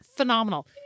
Phenomenal